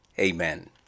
Amen